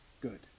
good